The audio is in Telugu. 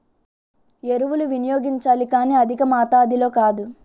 ఎరువులు వినియోగించాలి కానీ అధికమాతాధిలో కాదు